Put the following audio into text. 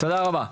תודה רבה.